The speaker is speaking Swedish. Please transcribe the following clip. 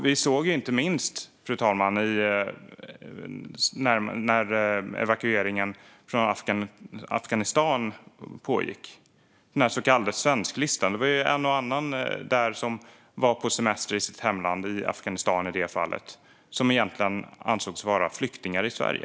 Vi såg inte minst detta när evakueringen från Afghanistan pågick och det fanns en så kallad svensklista. Det var en och annan på den listan som var på semester i sitt hemland - Afghanistan i det fallet - men egentligen ansågs vara flykting i Sverige.